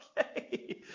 okay